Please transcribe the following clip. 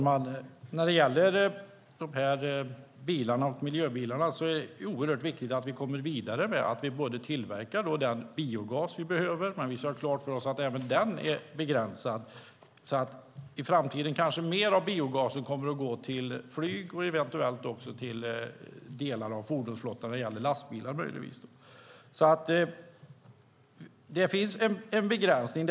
Herr talman! I fråga om miljöbilarna är det oerhört viktigt att vi kommer vidare med att tillverka den biogas som behövs. Vi ska ha klart för oss att tillgången till biogasen är begränsad. I framtiden kommer kanske mer av biogasen att gå till flyg och eventuellt delar av fordonsflottan i form av lastbilar. Det finns en begränsning.